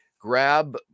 grab